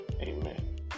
Amen